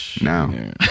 Now